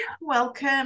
Welcome